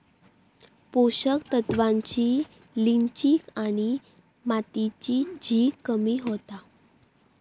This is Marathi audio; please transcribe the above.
पोषक तत्त्वांची लिंचिंग आणि मातीची झीज कमी होता